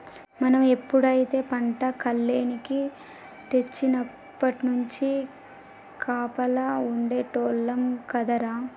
మనం ఎప్పుడైతే పంట కల్లేనికి తెచ్చినప్పట్నుంచి కాపలా ఉండేటోల్లం కదరా